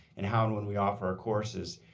and how and when we offer our courses.